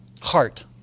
heart